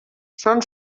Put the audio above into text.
són